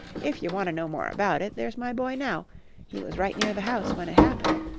if ye want to know more about it, there's my boy now he was right near the house when it happened.